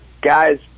guys